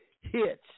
hits